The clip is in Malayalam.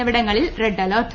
എന്നിവിടങ്ങളിൽ റെഡ് അലർട്ട്